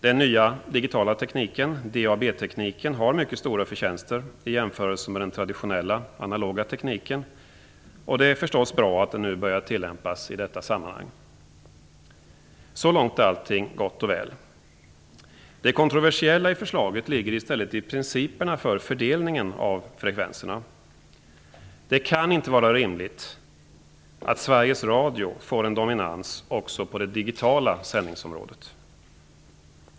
Den nya digitala tekniken, DAB-tekniken, har mycket stora förtjänster i jämförelse med den traditionella analoga tekniken, och det är bra att den nu börjar tillämpas i detta sammanhang. Så långt är allting gott och väl. Det kontroversiella i förslaget ligger i stället i principerna för fördelningen av frekvenserna. Det kan inte vara rimligt att Sveriges Radio får en dominans också på det digitala sändningsområdet.